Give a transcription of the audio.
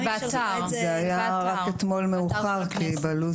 זה היה רק אתמול מאוחר כי בלו"ז